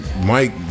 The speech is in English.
Mike